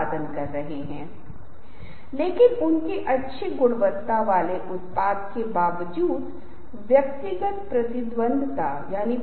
पीठ के बल बैठना क्योंकि आप उन्हें अनदेखा कर रहे हैं वे लोगों के समूह भी हैं उन लोगों के समूह जो आपको भी अनदेखा कर रहे हैं